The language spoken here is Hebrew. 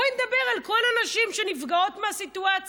בואי נדבר על כל הנשים שנפגעות מהסיטואציה.